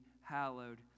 hallowed